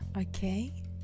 Okay